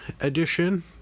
edition